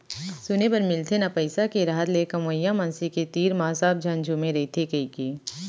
सुने बर मिलथे ना पइसा के रहत ले कमवइया मनसे के तीर म सब झन झुमे रइथें कइके